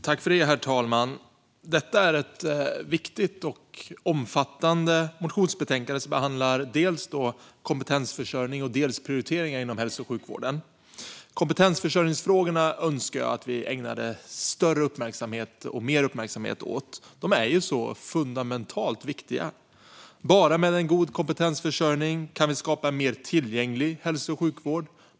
Herr talman! Detta är ett viktigt och omfattande motionsbetänkande där dels kompetensförsörjning, dels prioriteringar inom hälso och sjukvården behandlas. Jag skulle önska att vi ägnade kompetensförsörjningsfrågorna större och mer uppmärksamhet. De är ju så fundamentalt viktiga. Bara med en god kompetensförsörjning kan vi skapa en mer tillgänglig hälso och sjukvård.